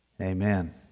Amen